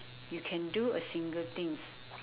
you can do a single things